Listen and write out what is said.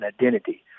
identity